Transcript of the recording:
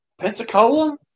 Pensacola